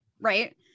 Right